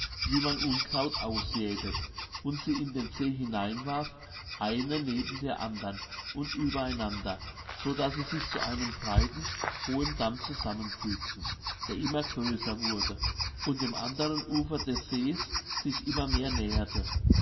wie man unkraut ausjätet und sie in den see hineinwarf eine neben der andern und übereinander so daß sie sich zu einem breiten hohen damm zusammenfügten der immer größer wurde und dem anderen ufer des sees sich immer mehr näherte